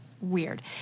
Weird